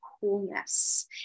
coolness